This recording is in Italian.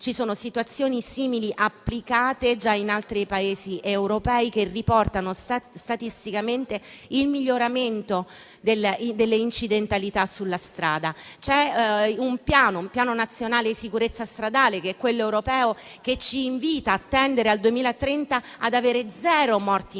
Ci sono situazioni simili, applicate già in altri Paesi europei, che riportano statisticamente il miglioramento delle incidentalità sulla strada. C'è il Piano nazionale sicurezza stradale, di derivazione europea, che ci invita a tendere, entro il 2030, a zero morti in